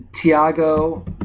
Tiago